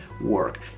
work